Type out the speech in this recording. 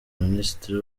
minisitiri